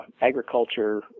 agriculture